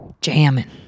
Jamming